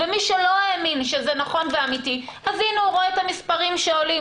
ומי שלא האמין שזה נכון ואמיתי אז הנה הוא רואה את המספרים שעולים,